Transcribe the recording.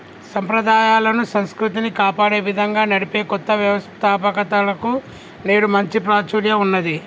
సంప్రదాయాలను, సంస్కృతిని కాపాడే విధంగా నడిపే కొత్త వ్యవస్తాపకతలకు నేడు మంచి ప్రాచుర్యం ఉన్నది